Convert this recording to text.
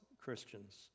Christians